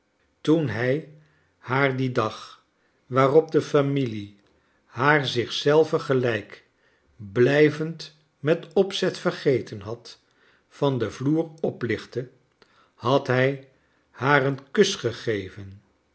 foen hij haar dien dag waarop de j'amilie haar zich zelve gelijk blijvend met opzet vergeten had van den vloer oplichtte had hij haar een kus gegeven